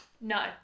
no